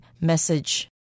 message